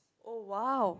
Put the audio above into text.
oh !wow!